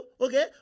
okay